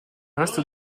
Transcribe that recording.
reste